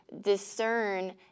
discern